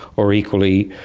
or equally,